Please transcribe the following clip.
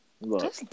look